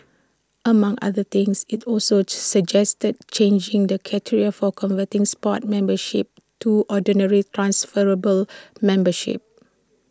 among other things IT also suggested changing the criteria for converting sports memberships to ordinary transferable memberships